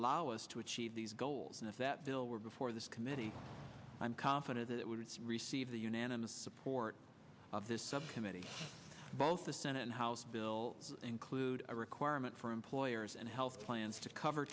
allow us to achieve these goals and if that bill were before this committee i'm confident it would still receive the unanimous support of this subcommittee both the senate and house bill include a requirement for employers and health plans to cover